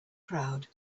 crowd